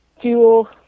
fuel